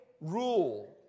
rule